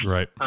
Right